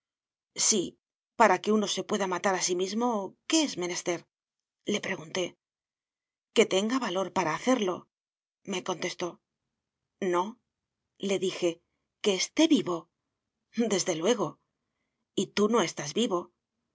sí para que uno se pueda matar a sí mismo qué es menester le pregunté que tenga valor para hacerlome contestó nole dije que esté vivo desde luego y tú no estás vivo